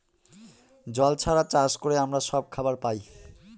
জল ছাড়া চাষ করে আমরা সব খাবার পায়